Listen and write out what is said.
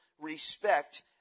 respect